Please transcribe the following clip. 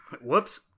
Whoops